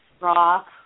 rock